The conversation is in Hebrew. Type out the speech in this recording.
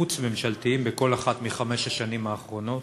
חוץ-ממשלתיים בכל אחת מחמש השנים האחרונות?